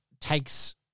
takes